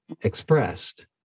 expressed